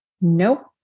Nope